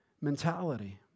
mentality